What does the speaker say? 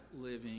living